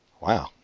Wow